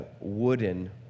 wooden